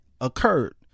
occurred